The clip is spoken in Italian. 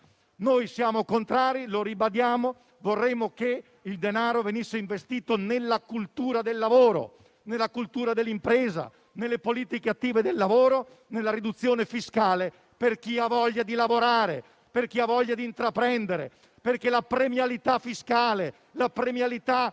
Noi siamo contrari e lo ribadiamo. Vorremmo che il denaro venisse investito nella cultura del lavoro, nella cultura dell'impresa, nelle politiche attive del lavoro e nella riduzione fiscale per chi ha voglia di lavorare e di intraprendere perché la premialità fiscale per